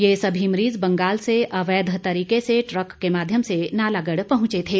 ये सभी मरीज बंगाल से अवैध तरीके से ट्रक के माध्यम से नालागढ़ पहुंचे थे